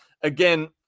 Again